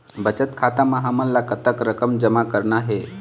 बचत खाता म हमन ला कतक रकम जमा करना हे?